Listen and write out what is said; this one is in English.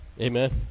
Amen